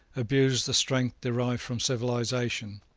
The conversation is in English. abuse the strength derived from civilisation,